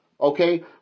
okay